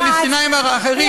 זה פלסטינים אחרים